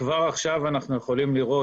וכבר עכשיו אנחנו יכולים לראות,